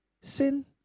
sin